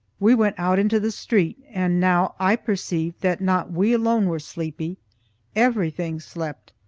we went out into the street, and now i perceived that not we alone were sleepy everything slept,